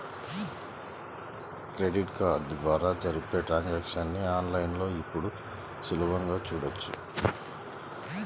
credit card ద్వారా జరిపే transactions ని ఆన్ లైన్ లో ఇప్పుడు సులభంగా చూడొచ్చు